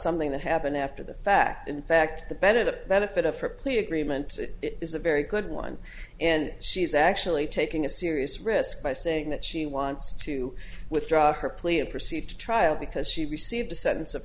something that happened after the fact in fact the better the benefit of her plea agreement is a very good one and she's actually taking a serious risk by saying that she wants to withdraw her plea and proceed to trial because she received a sentence of